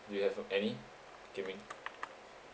do you have uh any Kian Ming